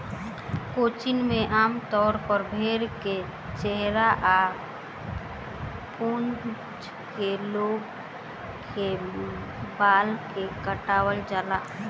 crutching में आमतौर पर भेड़ के चेहरा आ पूंछ के लगे के बाल के काटल जाला